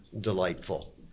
delightful